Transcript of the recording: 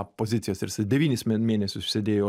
pozicijas ir jisai devynis mėnesius sėdėjo